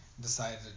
decided